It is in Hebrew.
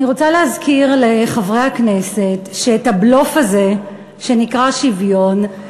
אני רוצה להזכיר לחברי הכנסת שאת הבלוף הזה שנקרא "שוויון",